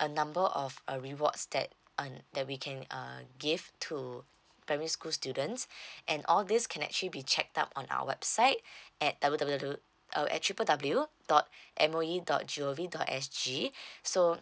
a number of a rewards that um that we can uh give to primary school students and all these can actually be checked out on our website at W_W_W uh triple W dot M_O_E dot G_O_V dot S_G so